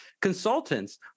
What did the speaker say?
consultants